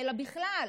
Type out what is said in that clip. אלא בכלל,